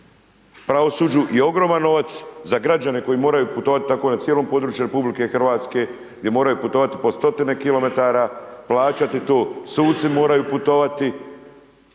pravosuđu i ogroman novac za građane koji moraju putovat tako na cijelom području RH, gdje moraju putovati po 100-tine kilometara, plaćati to, suci moraju putovati